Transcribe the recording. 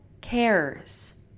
cares